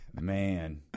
Man